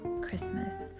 Christmas